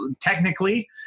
technically